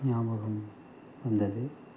நியாபகம் வந்தது